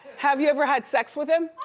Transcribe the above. have you ever had sex with him?